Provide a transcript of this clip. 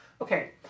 Okay